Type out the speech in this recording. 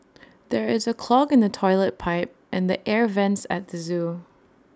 there is A clog in the Toilet Pipe and the air Vents at the Zoo